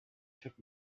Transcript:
took